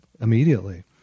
immediately